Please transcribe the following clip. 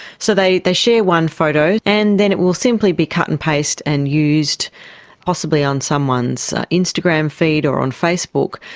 so they they share one photo and then it will simply be cut and paste and used possibly on someone's instagram feed or on facebook.